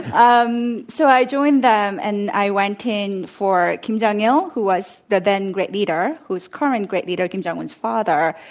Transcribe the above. um so, i joined them, and i went in for kim jong il, who was the then great leader who is current great leader kim jong un's father.